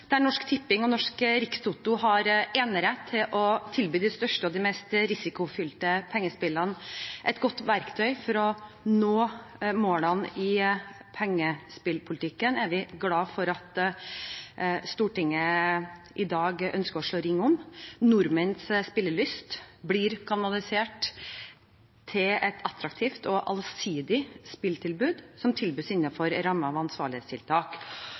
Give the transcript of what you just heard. der Norsk Tipping og Norsk Rikstoto har enerett til å tilby de største og de mest risikofylte pengespillene, et godt verktøy for å nå målene i pengespillpolitikken, er vi glad for at Stortinget i dag ønsker å slå ring om. Nordmenns spillelyst blir kanalisert til et attraktivt og allsidig spilltilbud som gis innenfor rammene av ansvarlighetstiltak.